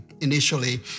initially